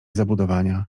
zabudowania